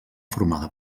formada